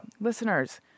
Listeners